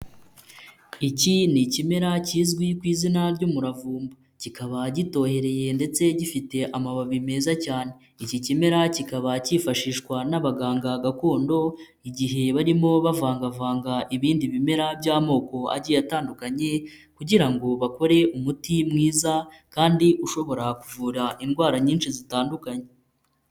Iki ni ikimera kizwi ku izina ry'umuravumba kikaba gitohereye ndetse gifite amababi meza cyane, iki kimera kikaba cyifashishwa n'abaganga gakondo igihe barimo bavangavanga ibindi bimera by'amoko agiye atandukanye kugira ngo bakore umuti mwiza kandi ushobora kuvura indwara nyinshi zitandukanye.